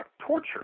torture